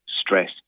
stress